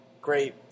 great